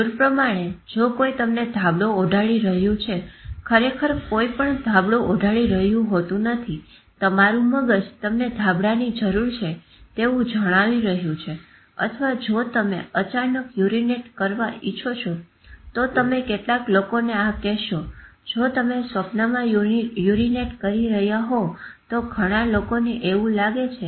જરૂર પ્રમાણે જો કોઈ તમને ધાબળો ઓઢાળી રહ્યું છે ખરેખર કોઇપણ ધાબળો ઓઢાળી રહ્યું હોતું નથી તમારું મગજ તમને ધાબળાની જરૂર છે તેવું જણાવી રહ્યું છે અથવા જો તમે અચાનક યુરીનેટ કરવા ઈચ્છો છો તો તમે કેટલાક લોકોને આ કહેશો જો તમે સપનામાં યુરીનેટ કરી રહ્યા હોવ તો ઘણા લોકોને એવું લાગે છે